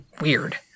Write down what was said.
weird